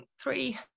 three